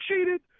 cheated